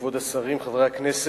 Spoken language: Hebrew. תודה רבה, כבוד השרים, חברי הכנסת,